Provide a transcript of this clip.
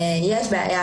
יש בעיה,